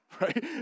right